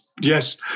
yes